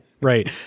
Right